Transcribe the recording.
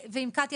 ועם קטיה.